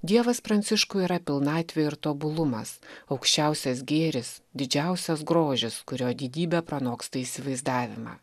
dievas pranciškui yra pilnatvė ir tobulumas aukščiausias gėris didžiausias grožis kurio didybė pranoksta įsivaizdavimą